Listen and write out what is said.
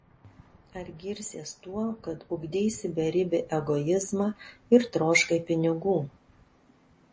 ar girsies tuo kad ugdeisi beribį egoizmą ir troškai pinigų